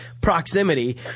proximity